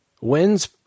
wins